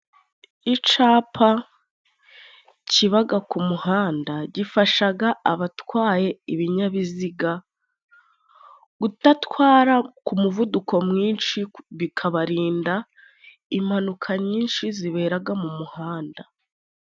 Icapa kibaga ku muhanda gifashaga abatwaye ibinyabiziga. Kutatwara ku muvuduko mwinshi bikabarinda impanuka nyinshi ziberaga mu muhanda.